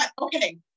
okay